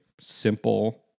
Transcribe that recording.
simple